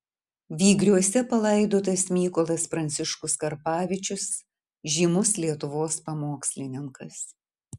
vygriuose palaidotas mykolas pranciškus karpavičius žymus lietuvos pamokslininkas